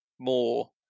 more